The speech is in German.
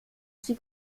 sie